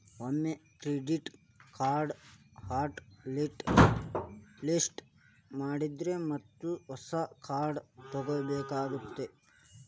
ಒಮ್ಮೆ ಕ್ರೆಡಿಟ್ ಕಾರ್ಡ್ನ hot list ಮಾಡಿದ್ರ ಮತ್ತ ಹೊಸ ಕಾರ್ಡ್ ತೊಗೋಬೇಕಾಗತ್ತಾ